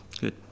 Good